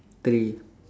three